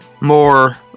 more